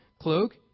cloak